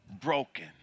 broken